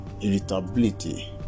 irritability